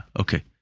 okay